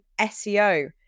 seo